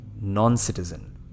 non-citizen